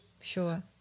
Sure